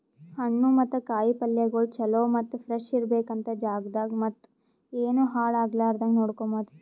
ಹಣ್ಣು ಮತ್ತ ಕಾಯಿ ಪಲ್ಯಗೊಳ್ ಚಲೋ ಮತ್ತ ಫ್ರೆಶ್ ಇರ್ಬೇಕು ಅಂತ್ ಜಾಗದಾಗ್ ಮತ್ತ ಏನು ಹಾಳ್ ಆಗಲಾರದಂಗ ನೋಡ್ಕೋಮದ್